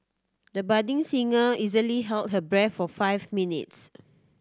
the budding singer easily held her breath for five minutes